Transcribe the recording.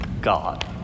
God